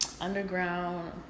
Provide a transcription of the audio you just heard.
Underground